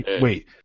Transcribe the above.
Wait